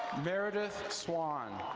meredith swan.